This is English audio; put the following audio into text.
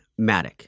MATIC